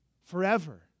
Forever